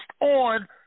on